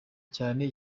cyane